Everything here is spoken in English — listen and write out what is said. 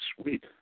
sweet